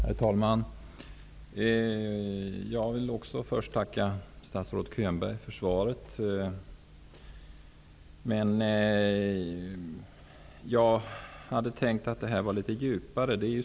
Herr talman! Även jag vill först tacka statsrådet Könberg för svaret, som jag dock hade väntat mig skulle gå litet djupare.